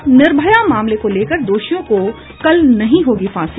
और निर्भया मामले को लेकर दोषियों को कल नहीं होगी फांसी